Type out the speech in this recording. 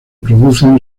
producen